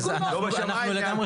אנחנו לגמרי שם.